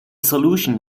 solution